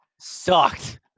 sucked